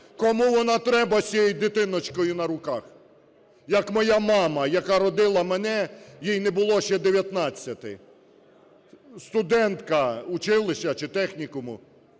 Кому вона треба з цією дитиночкою на руках? Як моя мама, яка родила мене, їй не було ще 19-ти, студентка училища чи технікуму,